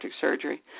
surgery